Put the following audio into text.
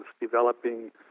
developing